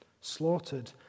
Slaughtered